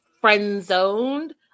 friend-zoned